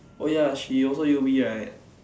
oh ya she also U_B right